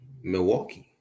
Milwaukee